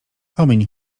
omiń